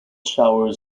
showers